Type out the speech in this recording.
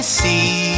see